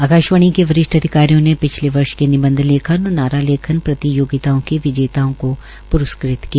आकाशवाणी के वरिष्ठ अधिकारियों ने पिछले वर्ष के निंबध लेखन और नारा लेखन प्रतियोगिता के विजेताओं को प्रस्कृत किया